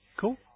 Cool